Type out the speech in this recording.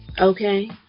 Okay